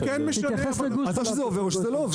זה כן משנה, או שזה עובר או שזה לא עובר.